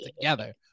together